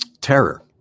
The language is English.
terror